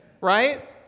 right